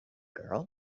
girl